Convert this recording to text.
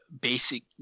basic